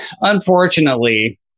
unfortunately